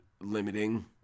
limiting